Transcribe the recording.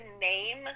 name